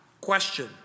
Question